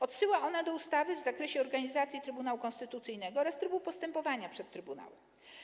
Odsyła ona do ustawy w zakresie organizacji Trybunału Konstytucyjnego oraz trybu postępowania przed trybunałem.